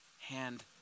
hand